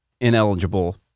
ineligible